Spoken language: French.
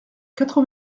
quatre